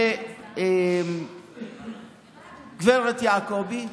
לגב' יעקובי.